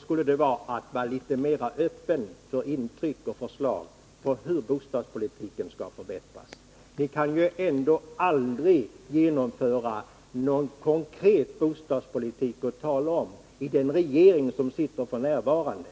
skulle det vara att de bör vara mera öppna för intryck och förslag till hur bostadspolitiken skall förbättras. Ni kan ändå aldrig genomföra någon konkret bostadspolitik att tala om i den regering som sitter f. n.